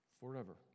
forever